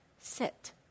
sit